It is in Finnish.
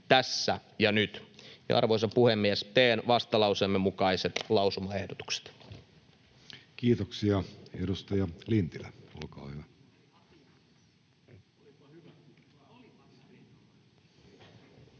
tässä ja nyt. Arvoisa puhemies! Teen vastalauseemme mukaiset lausumaehdotukset. Kiitoksia. — Edustaja Lintilä, olkaa hyvä.